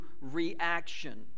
reaction